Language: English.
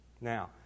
Now